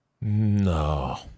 No